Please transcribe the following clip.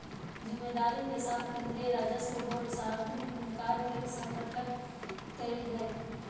जिम्मेदारी के साथ केन्द्रीय राजस्व बोर्ड सांविधिक निकाय के गठन कइल कय